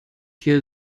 hier